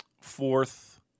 Fourth